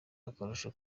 akarusho